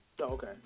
okay